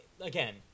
again